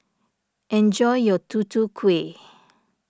enjoy your Tutu Kueh